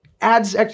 adds